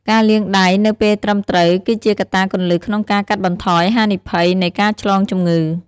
ការលាងដៃនៅពេលត្រឹមត្រូវ គឺជាកត្តាគន្លឹះក្នុងការកាត់បន្ថយហានិភ័យនៃការឆ្លងជំងឺ។